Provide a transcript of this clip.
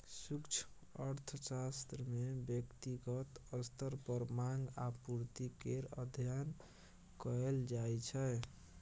सूक्ष्म अर्थशास्त्र मे ब्यक्तिगत स्तर पर माँग आ पुर्ति केर अध्ययन कएल जाइ छै